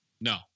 No